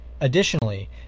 Additionally